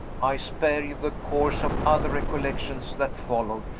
i spare you the course of other recollections that followed,